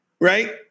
Right